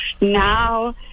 now